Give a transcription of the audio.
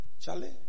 Charlie